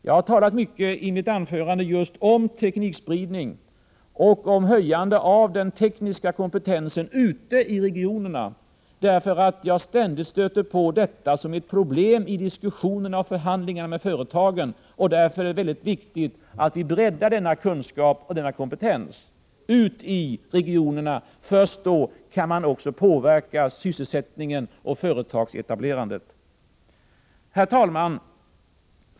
Jag har i mitt anförande talat mycket om just teknikspridning och om höjande av den tekniska kompetensen ute i regionerna, eftersom jag ständigt stöter på detta som ett problem i diskussionerna och förhandlingarna med företagen. Därför är det mycket viktigt att vi breddar denna kunskap och denna kompetens ute i regionerna. Först då kan man också påverka sysselsättningen och företagsetablerandet. Herr talman!